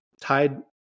tied